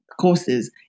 courses